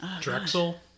Drexel